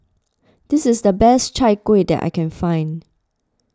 this is the best Chai Kueh that I can find